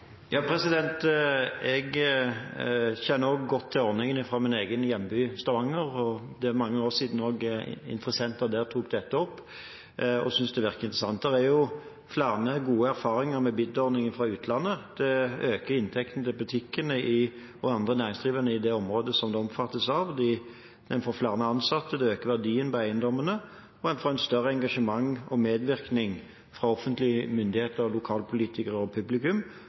Jeg kjenner godt til ordningen fra min egen hjemby, Stavanger, og det er mange år siden interessenter også der tok dette opp og syntes det virket interessant. Det er flere gode erfaringer med BID-ordningen fra utlandet. Det øker inntekten til butikkene og andre næringsdrivende i det området det omfattes av. Man får flere ansatte, det øker verdien på eiendommene, man får større engasjement og medvirkning fra offentlige myndigheter, lokalpolitikere og publikum,